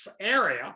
area